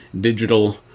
digital